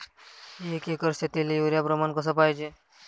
एक एकर शेतीले युरिया प्रमान कसे पाहिजे?